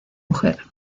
mujer